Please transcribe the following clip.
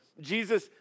Jesus